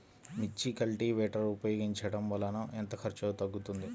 మిర్చి కల్టీవేటర్ ఉపయోగించటం వలన ఎంత ఖర్చు తగ్గుతుంది?